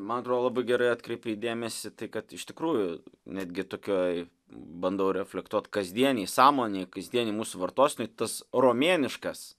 man atrodo labai gerai atkreipei dėmesį tai kad iš tikrųjų netgi tokioj bandau reflektuot kasdienėj sąmonėj kasdienėj mūsų vartosenoj tas romėniškas